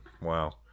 wow